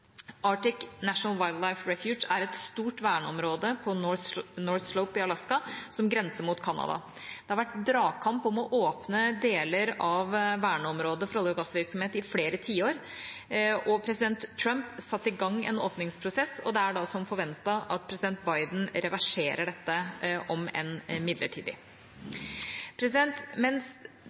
National Wildlife Refuge er et stort verneområde på North Slope i Alaska, som grenser mot Canada. Det har vært dragkamp om å åpne deler av verneområdet for olje- og gassvirksomhet i flere tiår. President Trump satte i gang en åpningsprosess, og det er da forventet at president Biden reverserer dette, om enn midlertidig. Mens